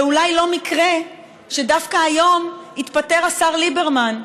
ואולי לא מקרה שדווקא היום התפטר השר ליברמן.